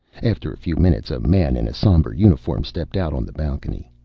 after a few minutes, a man in a somber uniform stepped out on the balcony.